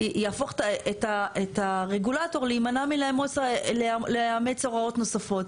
יהפוך את הרגולטור להימנע מלאמץ הוראות נוספות.